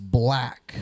black